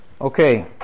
Okay